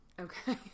Okay